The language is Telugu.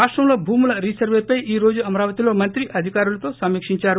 రాష్టంలో భూముల రీసర్వేపై ఈ రోజు అమరావతిలో మంత్రి అధికారులతో సమీక్షించారు